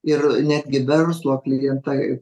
ir netgi verslo klientai